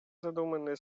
задуманные